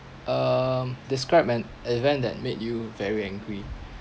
um describe an event that made you very angry